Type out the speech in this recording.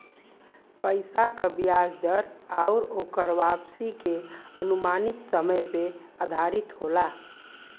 पइसा क बियाज दर आउर ओकर वापसी के अनुमानित समय पे आधारित होला